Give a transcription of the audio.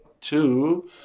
Two